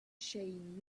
shane